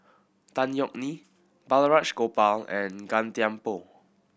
Tan Yeok Nee Balraj Gopal and Gan Thiam Poh